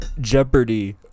Jeopardy